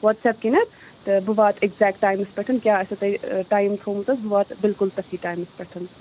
WhatsApp کِنٮ۪تھ تہٕ بہٕ واتہٕ اٮ۪کزیکٹ ٹایمَس پٮ۪ٹھ کیٛاہ آسیو تۄہہِ ٹایِم تھوٚومُت حظ بہٕ واتہٕ بِلکُل تٔتھی ٹایمَس پٮ۪ٹھ